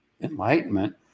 enlightenment